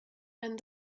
and